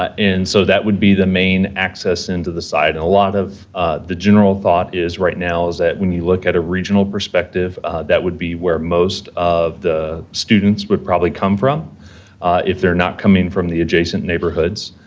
and so, that would be the main access into the site, and a lot of the general thought is, right now is that, when you look at a regional perspective of that would be where most of the students would probably come from if they're not coming from the adjacent neighborhoods.